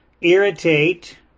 irritate